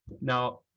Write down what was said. Now